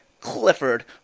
Clifford